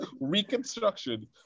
reconstruction